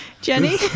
Jenny